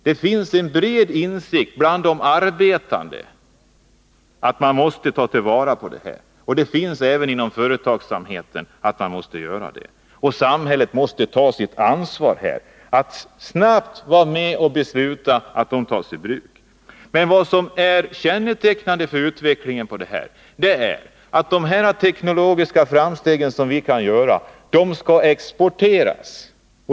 Det finns en bred insikt bland de arbetande om att man måste ta till vara detta, och den insikten finns även inom företagsamheten. Samhället måste ta sitt ansvar och snabbt vara med och besluta att de här processerna tas i bruk. Men vad som är kännetecknande för utvecklingen på detta område är att de teknologiska framsteg som vi kan göra skall exporteras.